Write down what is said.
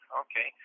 okay